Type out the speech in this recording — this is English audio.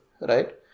right